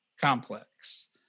complex